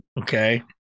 Okay